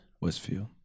Westfield